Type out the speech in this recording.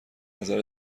نظر